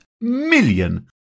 million